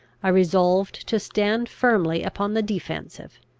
i resolved to stand firmly upon the defensive.